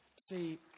See